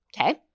Okay